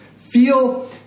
feel